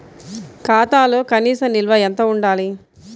ఖాతాలో కనీస నిల్వ ఎంత ఉండాలి?